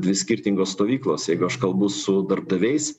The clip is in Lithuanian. dvi skirtingos stovyklos jeigu aš kalbu su darbdaviais